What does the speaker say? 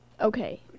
Okay